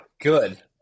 Good